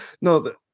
no